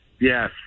Yes